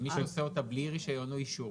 מי שעושה את זה בלי רישיון או אישור,